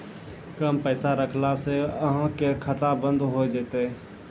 कम पैसा रखला से अहाँ के खाता बंद हो जैतै?